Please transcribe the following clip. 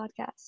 podcast